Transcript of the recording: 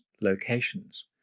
locations